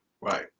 right